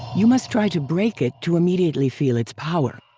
you must try to break it to immediately feel its power.